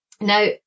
Now